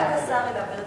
ההצעה להעביר את